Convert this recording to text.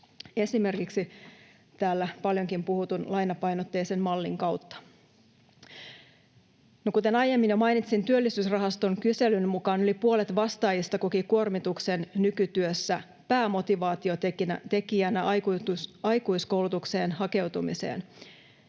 esimerkiksi täällä paljonkin puhutun lainapainotteisen mallin kautta. Kuten aiemmin jo mainitsin, Työllisyysrahaston kyselyn mukaan yli puolet vastaajista koki kuormituksen nykytyössä päämotivaatiotekijänä aikuiskoulutukseen hakeutumiseen